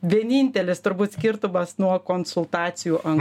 vienintelis turbūt skirtumas nuo konsultacijų